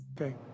Okay